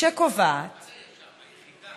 מה זה אי-שם?